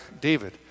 David